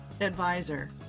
advisor